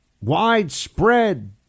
widespread